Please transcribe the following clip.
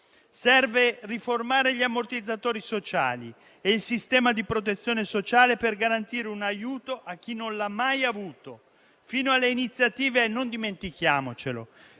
Serve riformare gli ammortizzatori sociali e il sistema di protezione sociale, per garantire un aiuto a chi non l'ha mai avuto. Fino alle iniziative - non dimentichiamocelo